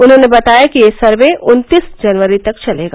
उन्होंने बताया कि यह सर्वे उन्तीस जनवरी तक चलेगा